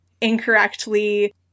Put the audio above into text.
incorrectly